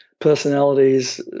personalities